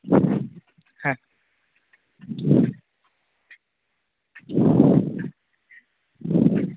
হ্যাঁ